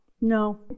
no